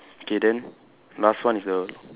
okay then last one is the